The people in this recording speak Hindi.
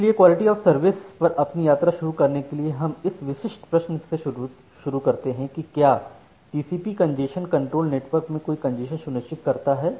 इसलिए क्वालिटी ऑफ सर्विस पर अपनी यात्रा शुरू करने के लिए हम इस विशिष्ट प्रश्न से शुरू करते हैं कि क्या यह टीसीपीकंजेशन कंट्रोल नेटवर्क में कोई कंजेशन सुनिश्चित नहीं करता है